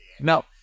No